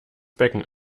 becken